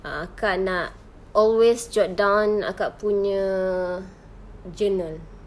ah akak nak always jot down akak punya journal